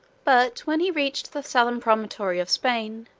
but when he reached the southern promontory of spain,